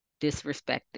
disrespected